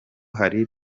hari